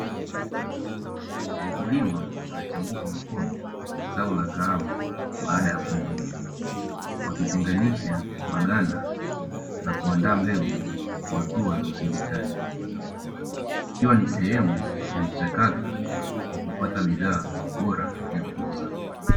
Wakulima wanachambua kwa mkono zao la kahawa baada ya kuvuna wakipinganisha maganda na kuandaa mbegu kwa ajili ya usindikaji, ikiwa ni sehemu ya mchakato wa kupata bidhaa bora ya kuuza.